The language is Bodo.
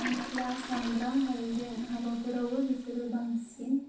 म'स्ला सामब्राम हायजें हाबाफोरावबो बिसोरो बांसिन